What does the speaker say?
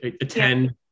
Attend